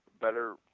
better